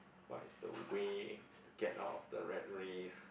what is the way to get out of the rat race